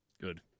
Good